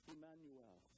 Emmanuel